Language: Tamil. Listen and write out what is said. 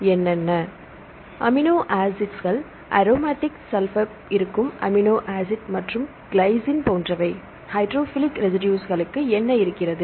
எனவே நீங்கள் பார்க்கலாம் மாணவர் அமினோ அசீட்ஸ் அரோமாட்டிக் சல்பர் இருக்கும் அமினோ ஆசிட் மற்றும் கிலைசின் போன்றவை ஹைட்ரொபிலிக் ரெசிடுஸ் களுக்கு என்ன இருக்கிறது